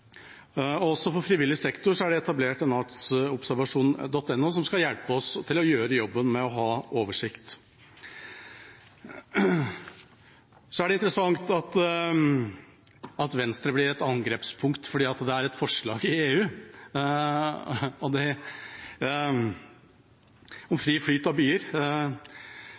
For frivillig sektor er artsobservasjoner.no etablert, som skal hjelpe oss til å gjøre jobben med å ha oversikt. Så er det interessant at Venstre blir et angrepspunkt fordi det er et forslag i EU om fri flyt av